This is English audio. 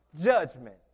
judgment